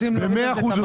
לעשות.